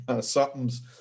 something's